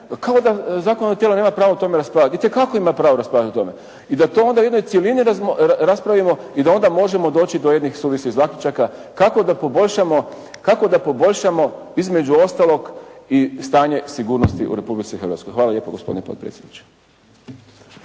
kao da zakonodavno tijelo nema pravo o tome raspravljati. Itekako ima pravo raspravljati o tome i da to onda u jednoj cjelini raspravimo i da onda možemo doći do jednih suvislih zaključaka kako da poboljšamo između ostalog i stanje sigurnosti u Republici Hrvatskoj. Hvala lijepo gospodine potpredsjedniče.